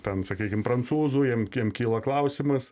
ten sakykim prancūzų jiem kyla klausimas